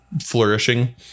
flourishing